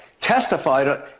testified